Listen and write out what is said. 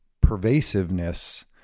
pervasiveness